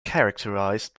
characterized